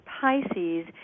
Pisces